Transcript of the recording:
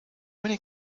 many